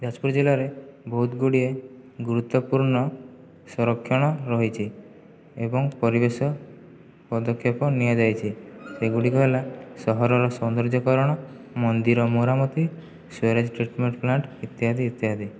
ଯାଜପୁର ଜିଲ୍ଲାରେ ବହୁତଗୁଡ଼ିଏ ଗୁରୁତ୍ଵପୂର୍ଣ୍ଣ ସଂରକ୍ଷଣ ରହିଛି ଏବଂ ପରିବେଶ ପଦକ୍ଷେପ ନିଆଯାଇଛି ସେଗୁଡ଼ିକ ହେଲା ସହରର ସୌନ୍ଦର୍ଯ୍ୟକରଣ ମନ୍ଦିର ମରାମତି ସିୱେଜ ଟ୍ରିଟମେଣ୍ଟ ପ୍ଳାଣ୍ଟ ଇତ୍ୟାଦି ଇତ୍ୟାଦି